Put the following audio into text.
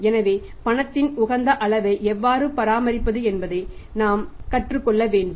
எனவே பணத்தின் உகந்த அளவை எவ்வாறு பராமரிப்பது என்பதை கற்றுக்கொள்ள வேண்டும்